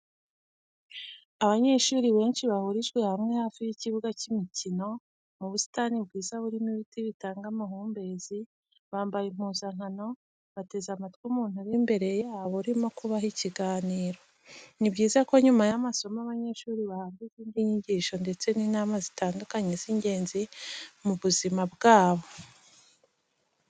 Abanyeshuri benshi bahurijwe hamwe hafi y'ikibuga cy'imikino, mu busitani bwiza burimo ibiti bitanga amahumbezi, bambaye impuzankano, bateze amatwi umuntu uri imbere yabo urimo kubaha ikiganiro. Ni byiza ko nyuma y'amasomo abanyeshuri bahabwa izindi nyigisho ndetse n'inama zitandukanye z'ingenzi mu buzima bwabo.